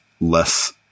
less